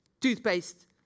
toothpaste